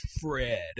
Fred